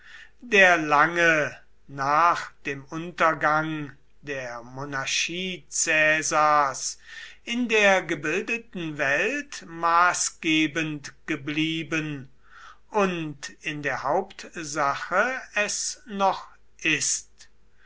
der lange nach dem untergang der monarchie caesars in der gebildeten welt maßgebend geblieben und in der hauptsache es noch ist